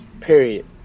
period